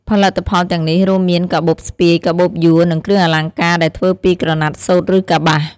ផលិតផលទាំងនេះរួមមានកាបូបស្ពាយ កាបូបយួរ និងគ្រឿងអលង្ការដែលធ្វើពីក្រណាត់សូត្រ ឬកប្បាស។